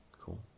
Cool